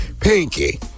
Pinky